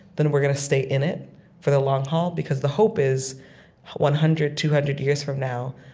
then we're going to stay in it for the long haul because the hope is one hundred, two hundred years from now,